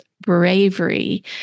bravery